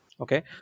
Okay